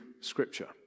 Scripture